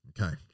Okay